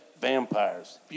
vampires